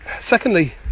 secondly